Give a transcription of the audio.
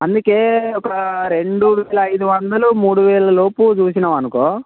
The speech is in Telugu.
అందుకే ఒక రెండు వేల ఐదు వందలు మూడు వేల లోపు చూసినావనుకో